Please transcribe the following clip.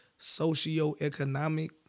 socioeconomic